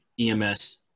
EMS